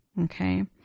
Okay